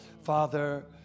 Father